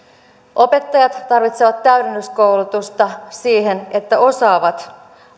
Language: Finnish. opettajat tarvitsevat täydennyskoulutusta siihen että osaavat